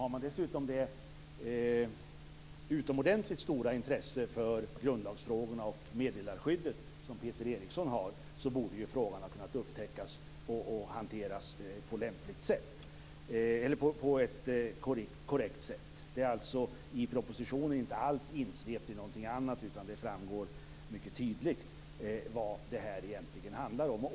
Har man dessutom det utomordentligt stora intresset för grundlagsfrågorna och meddelarskyddet som Peter Eriksson har, borde frågan ha kunnat upptäckas och hanteras på ett korrekt sätt. Detta är alltså inte alls insvept i någonting annat i propositionen utan det framgår mycket tydligt vad det egentligen handlar om.